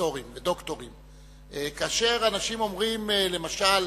פרופסורים ודוקטורים, כאשר אנשים אומרים למשל: